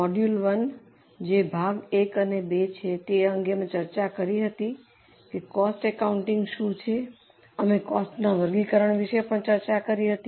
module 1 જે ભાગ એક અને બે છે તે અંગે અમે ચર્ચા કરી હતી કે કોસ્ટ એકાઉન્ટિંગ શું છે અમે કોસ્ટના વર્ગીકરણ વિશે પણ ચર્ચા કરી હતી